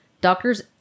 Doctors